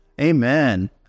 Amen